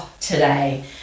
today